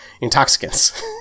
intoxicants